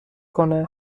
کنه